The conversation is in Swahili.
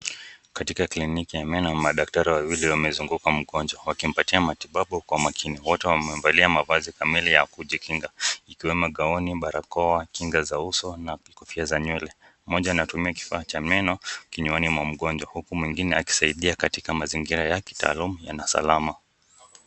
Katika kliniki ya meno, madaktari wawili wamezunguka mgonjwa wakimpatia matibabu kwa makini. Wote wamevalia mavazi kamili ya kujikinga ikiwemo gauni, barakoa, kinga za uso na kofia za nywele. Mmoja anatumia kifaa cha meno kinywani mwa mgonjwa huku mwingine akisaidia katika mazingira ya kitaalamu na salama.